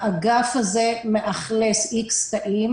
האגף הזה מאכלס מספר תאים.